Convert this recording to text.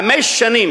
חמש שנים,